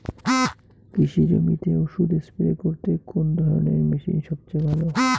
কৃষি জমিতে ওষুধ স্প্রে করতে কোন ধরণের মেশিন সবচেয়ে ভালো?